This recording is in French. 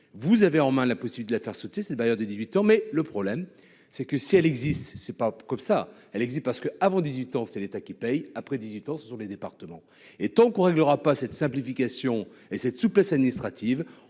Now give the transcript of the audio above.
vous avez en main la possible de la faire sauter ces bailleurs de 18 ans, mais le problème c'est que, si elle existe, c'est pas comme ça, elle existe parce que, avant 18 ans, c'est l'état qui paye après 18 ans, ce sont les départements, et tant qu'on réglera pas cette simplification et cette souplesse administrative,